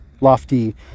lofty